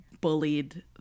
bullied